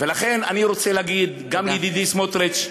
לכן אני רוצה להגיד גם לידידי סמוטריץ,